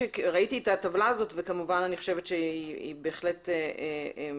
שראיתי את הטבלה הזאת וכמובן אני חושבת שהיא בהחלט הגיונית,